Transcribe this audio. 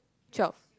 twelve